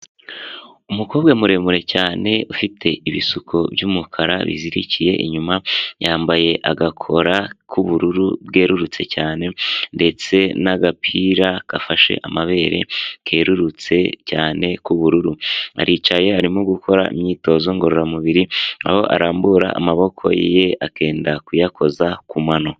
Umukobwa muremure cyane ufite ibisuko by'umukara bizirikiye inyuma yambaye agakora k'ubururu bwerurutse cyane ndetse n'agapira gafashe amabere kerurutse cyane k'ubururu, aricaye arimo gukora imyitozo ngororamubiri aho arambura amaboko ye akenda kuyakoza ku mano.